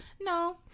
No